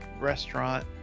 restaurant